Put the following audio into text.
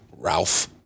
Ralph